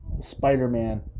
Spider-Man